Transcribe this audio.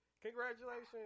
congratulations